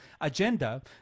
agenda